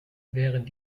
während